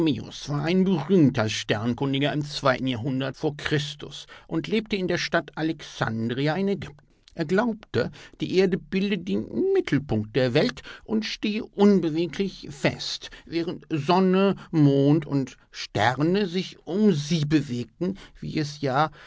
berühmter sternkundiger im zweiten jahrhundert vor christus und lebte in der stadt alexandria in ägypten er glaubte die erde bilde den mittelpunkt der welt und stehe unbeweglich fest während sonne mond und sterne sich um sie bewegten wie es ja